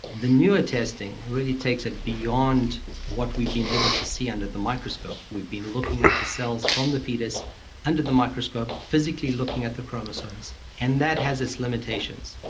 the newer testing really takes it beyond what we've been able to see under the microscope. we've been looking at the cells from the foetus under the microscope, physically looking at the chromosomes, and that has its limitations.